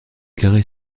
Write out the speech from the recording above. carrée